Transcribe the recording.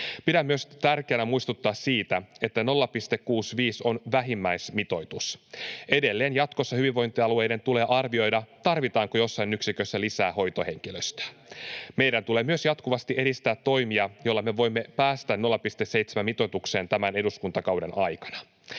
Pidän myös tärkeänä muistuttaa siitä, että 0,65 on vähimmäismitoitus. Edelleen jatkossa hyvinvointialueiden tulee arvioida, tarvitaanko jossain yksikössä lisää hoitohenkilöstöä. [Timo Heinonen: Juuri näin!] Meidän tulee myös jatkuvasti edistää toimia, joilla me voimme päästä 0,7-mitoitukseen tämän eduskuntakauden aikana.